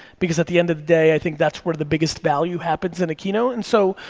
because at the end of the day, i think that's where the biggest value happens in a keynote, and so,